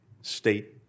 state